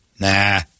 Nah